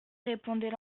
répondait